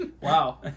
wow